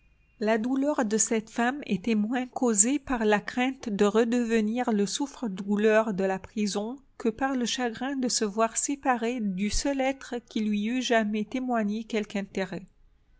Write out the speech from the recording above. la douleur de cette femme était moins causée par la crainte de redevenir le souffre-douleur de la prison que par le chagrin de se voir séparée du seul être qui lui eût jamais témoigné quelque intérêt